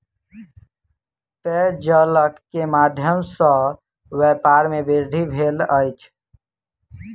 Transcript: पेयजल के माध्यम सॅ व्यापार में वृद्धि भेल अछि